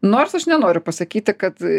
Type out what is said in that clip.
nors aš nenoriu pasakyti kad